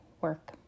work